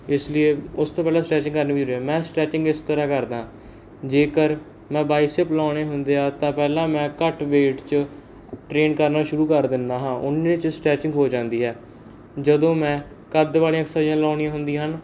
ਇਸ ਲੀਏ ਉਸ ਤੋਂ ਪਹਿਲਾਂ ਸਟਰੈਚਿੰਗ ਕਰਨੀ ਵੀ ਜ਼ਰੂਰੀ ਹੈ ਮੈਂ ਸਟਰੈਚਿੰਗ ਇਸ ਤਰ੍ਹਾਂ ਕਰਦਾ ਜੇਕਰ ਮੈਂ ਬਾਈਸੈਪ ਲਾਉਣੇ ਹੁੰਦੇ ਆ ਤਾਂ ਪਹਿਲਾਂ ਮੈਂ ਘੱਟ ਵੇਟ 'ਚ ਟਰੇਨ ਕਰਨਾ ਸ਼ੁਰੂ ਕਰ ਦਿੰਦਾ ਹਾਂ ਉਨੇ 'ਚ ਸਟਰੈਚਿੰਗ ਹੋ ਜਾਂਦੀ ਹੈ ਜਦੋਂ ਮੈਂ ਕੱਦ ਵਾਲੀਆਂ ਐਸਰਸਾਈਜ਼ਾਂ ਲਾਉਣੀਆਂ ਹੁੰਦੀਆਂ ਹਨ